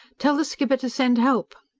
tell the skipper to send help!